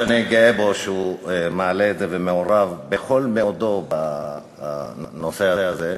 שאני גאה בו שהוא מעלה את זה ומעורב בכל מאודו בנושא הזה,